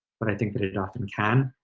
but i think that it often can,